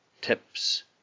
tips